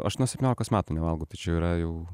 aš nuo septyniolikos metų nevalgau tai čia yra jau